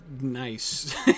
nice